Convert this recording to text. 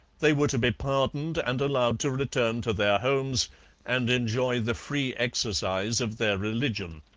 they were to be pardoned and allowed to return to their homes and enjoy the free exercise of their religion.